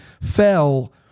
fell